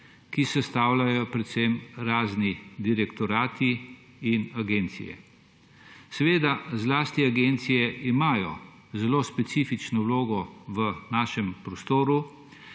ki sestavljajo predvsem razni direktorati in agencije. Zlasti agencije imajo zelo specifično vlogo v našem prostoru